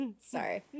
Sorry